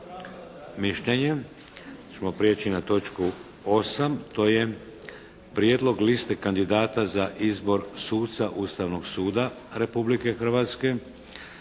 mišljenje. Sad ćemo prijeći na točku 8. To je - Prijedlog liste kandidata za izbor suca Ustavnog suda Republike Hrvatske